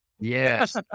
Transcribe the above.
yes